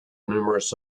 numerous